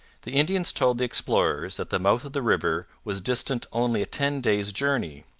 the indians told the explorers that the mouth of the river was distant only a ten-days' journey,